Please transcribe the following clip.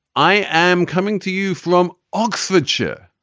i am coming to you from oxfordshire,